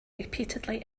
repeatedly